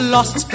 Lost